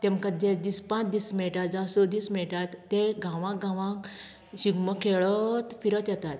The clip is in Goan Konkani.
तेंमकां जे दीस पांच दीस मेळटात जावं स दीस मेळटात ते गांवा गांवात शिगमो खेळत फिरत येतात